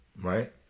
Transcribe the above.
Right